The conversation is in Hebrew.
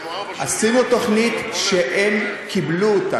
עשינו תוכנית והם קיבלו אותה.